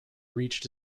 reached